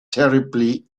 terribly